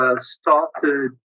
Started